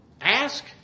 Ask